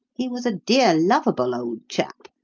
he was a dear, lovable old chap,